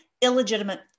illegitimate